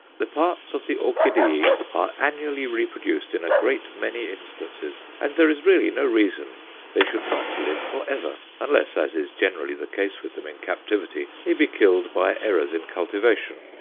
the parts of the orchideae are annually reproduced in a great many instances, and there is really no reason they should not live for ever unless, as is generally the case with them in captivity, they be killed by errors in cultivation.